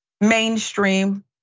mainstream